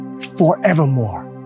forevermore